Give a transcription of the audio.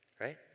right